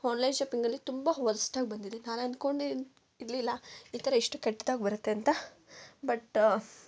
online ಶಾಪಿಂಗಲ್ಲಿ ತುಂಬ ವರ್ಸ್ಟಾಗಿ ಬಂದಿದೆ ನಾನು ಅಂದ್ಕೊಂಡೇ ಇರ್ಲಿಲ್ಲ ಈ ಥರ ಇಷ್ಟು ಕೆಟ್ದಾಗಿ ಬರುತ್ತೆ ಅಂತ ಬಟ್